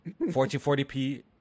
1440p